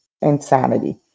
insanity